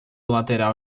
lateral